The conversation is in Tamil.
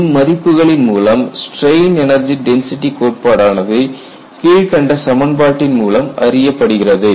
இம்மதிப்புகளின் மூலம் ஸ்ட்ரெயின் எனர்ஜி டென்சிட்டி கோட்பாடு ஆனது கீழ்கண்ட சமன்பாட்டின் மூலம் அறியப்படுகிறது